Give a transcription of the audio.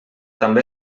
també